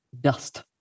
dust